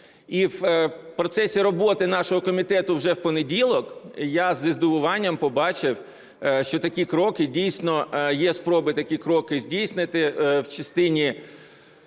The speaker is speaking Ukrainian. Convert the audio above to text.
І в процесі роботи нашого комітету вже в понеділок я зі здивуванням побачив, що такі кроки дійсно, є спроби такі кроки здійснити в частині